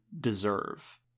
deserve